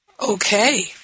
Okay